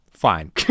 Fine